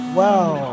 wow